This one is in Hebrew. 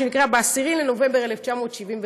ב-10 בנובמבר 1975,